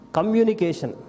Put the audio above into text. Communication